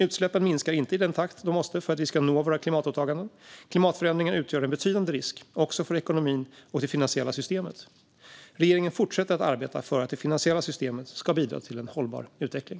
Utsläppen minskar inte i den takt de måste för att vi ska nå våra klimatåtaganden. Klimatförändringar utgör en betydande risk, också för ekonomin och det finansiella systemet. Regeringen fortsätter att arbeta för att det finansiella systemet ska bidra till en hållbar utveckling.